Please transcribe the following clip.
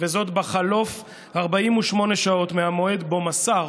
וזאת בחלוף 48 שעות מהמועד שבו מסר